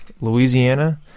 Louisiana